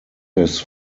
his